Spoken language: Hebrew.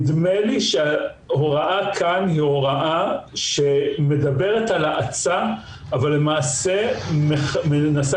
נדמה לי שההוראה כאן מדברת על האצה אבל למעשה מנסה